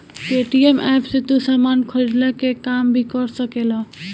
Paytm app से तू सामान खरीदला के काम भी कर सकेला